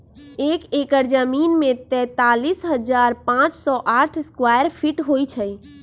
एक एकड़ जमीन में तैंतालीस हजार पांच सौ साठ स्क्वायर फीट होई छई